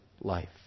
life